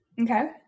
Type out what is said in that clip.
Okay